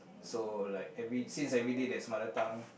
so like every since every day there's mother tongue